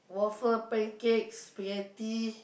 waffle pancakes spaghetti